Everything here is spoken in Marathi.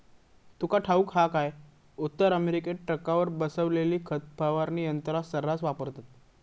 तुका ठाऊक हा काय, उत्तर अमेरिकेत ट्रकावर बसवलेली खत फवारणी यंत्रा सऱ्हास वापरतत